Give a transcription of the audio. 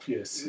Yes